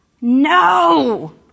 No